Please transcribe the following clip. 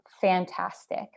fantastic